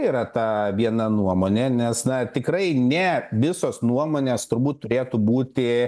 yra ta viena nuomonė nes na tikrai ne visos nuomonės turbūt turėtų būti